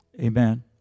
Amen